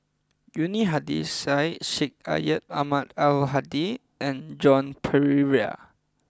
Yuni Hadi Syed Sheikh Syed Ahmad Al Hadi and Joan Pereira